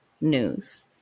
news